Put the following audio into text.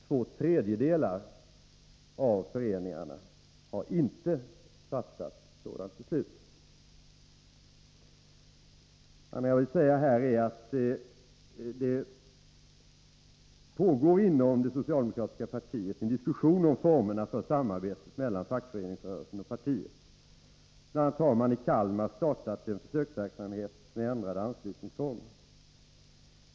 Två tredjedelar av föreningarna har inte fattat sådant beslut. Det pågår inom det socialdemokratiska partiet en diskussion om formerna för samarbetet mellan fackföreningsrörelsen och partiet. Bl. a. har man i Kalmar startat en försöksverksamhet med ändrade anslutningsformer.